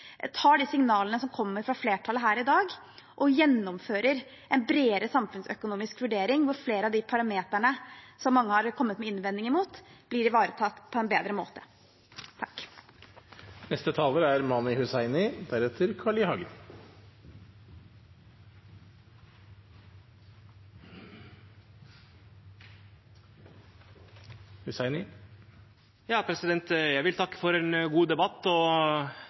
tar de signalene som kommer fra flertallet her i dag, og gjennomfører en bredere samfunnsøkonomisk vurdering, hvor flere av parameterne som mange har kommet med innvendinger mot, blir ivaretatt på en bedre måte. Jeg vil takke for en god debatt. Det er ingen tvil om at det er et stort engasjement for denne saken. Vi har vel alle møtt aksjonsgruppen og